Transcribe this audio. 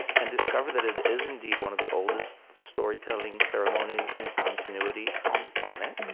and discover that it is indeed one of the oldest storytelling ceremonies in continuity on the planet.